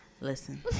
Listen